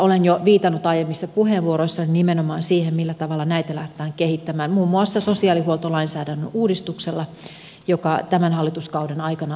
olen jo viitannut aiemmissa puheenvuoroissani nimenomaan siihen millä tavalla näitä lähdetään kehittämään muun muassa sosiaalihuoltolainsäädännön uudistuksella joka tämän hallituskauden aikana astuu voimaan